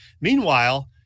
Meanwhile